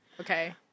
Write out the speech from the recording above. Okay